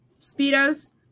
Speedos